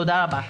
תודה רבה.